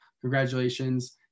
congratulations